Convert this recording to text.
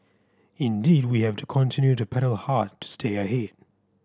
indeed we have to continue to paddle hard to stay ahead